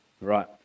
Right